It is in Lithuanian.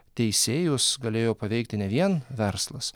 teisėjus galėjo paveikti ne vien verslas